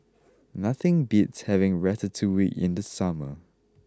nothing beats having Ratatouille in the summer